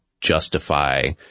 justify